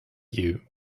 you